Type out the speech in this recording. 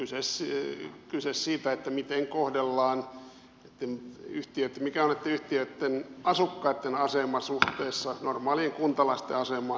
on kyse siitä mikä on näitten yhtiöitten asukkaitten asema suhteessa normaalien kuntalaisten asemaan